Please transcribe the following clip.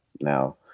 Now